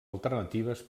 alternatives